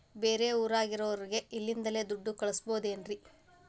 ಬೇರೆ ಊರಾಗಿರೋರಿಗೆ ಇಲ್ಲಿಂದಲೇ ದುಡ್ಡು ಕಳಿಸ್ಬೋದೇನ್ರಿ?